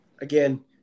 again